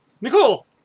Nicole